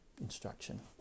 instruction